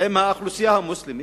עם האוכלוסייה המוסלמית,